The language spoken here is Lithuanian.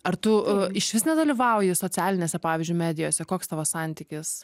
ar tu išvis nedalyvauji socialinėse pavyzdžiui medijose koks tavo santykis